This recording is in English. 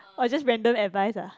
orh it's just random advice ah